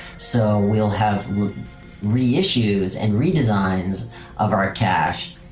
so we'll have reissues and redesigns of our cash,